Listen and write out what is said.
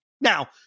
Now